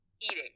eating